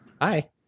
Hi